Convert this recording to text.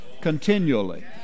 Continually